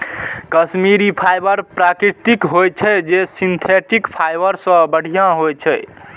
Kashmiri fibre प्राकृतिक होइ छै, जे सिंथेटिक फाइबर सं बढ़िया होइ छै